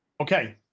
Okay